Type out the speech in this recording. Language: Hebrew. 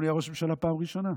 נתניהו נהיה ראש ממשלה בפעם הראשונה?